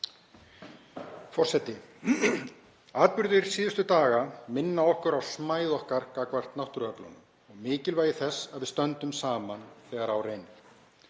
Forseti. Atburðir síðustu daga minna okkur á smæð okkar gagnvart náttúruöflunum og mikilvægi þess að við stöndum saman þegar á reynir.